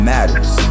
Matters